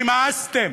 נמאסתם.